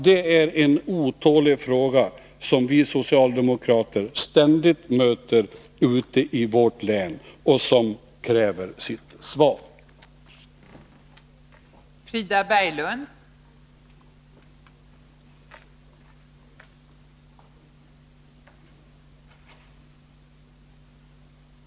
Detta är en fråga, som vi socialdemokrater ständigt möter ute i vårt län och som man otåligt kräver-ett svar på!